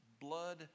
Blood